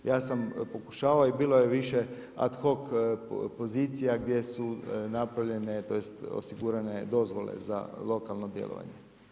Ja sam pokušavao i bilo je više ad hoc pozicija gdje su napravljene tj. osigurane dozvole za lokalno djelovanje.